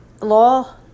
Law